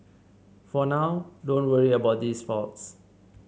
for now don't worry about these faults